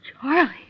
Charlie